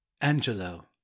Angelo